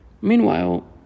Meanwhile